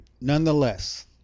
Nonetheless